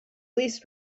least